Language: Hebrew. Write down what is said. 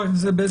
חברת הכנסת בזק,